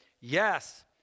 Yes